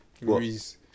Ruiz